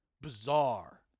bizarre